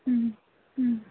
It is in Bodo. उम उम